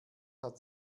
hat